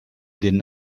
den